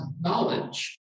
knowledge